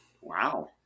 Wow